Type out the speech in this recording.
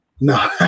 No